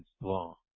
law